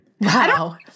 Wow